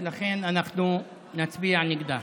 ולכן אנחנו נצביע נגדה.